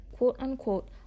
quote-unquote